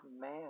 man